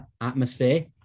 atmosphere